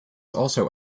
also